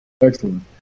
Excellent